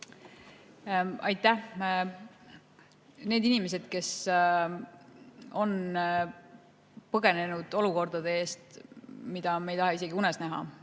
Aitäh! Need inimesed on põgenenud olukordade eest, mida me ei taha isegi unes näha,